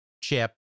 chip